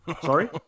Sorry